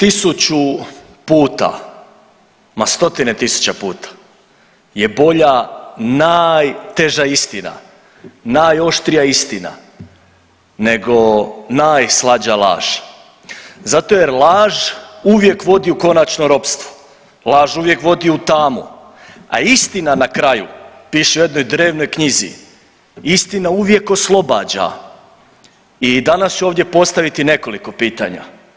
Tisuću puta, ma stotine tisuća puta je bolja najteža istina, najoštrija istina nego najslađa laž zato jer laž uvijek vodi u konačno ropstvo, laž uvijek vodi u tamu a istina na kraju piše u jednoj drevnoj knjizi, istina uvijek oslobađa i danas ću ovdje postaviti nekoliko pitanja.